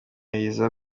byerekanye